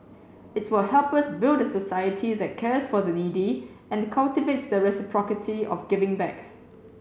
it will help us build a society that cares for the needy and cultivate the reciprocity of giving back